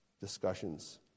discussions